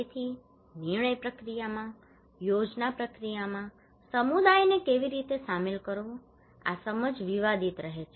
તેથી નિર્ણય પ્રક્રિયામાં યોજના પ્રક્રિયામાં સમુદાયને કેવી રીતે સામેલ કરવો આ સમજ વિવાદિત રહે છે